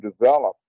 develop